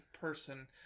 person